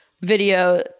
video